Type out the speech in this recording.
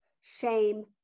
shame